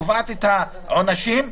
קובעת העונשים,